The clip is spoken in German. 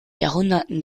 jahrhunderten